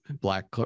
Black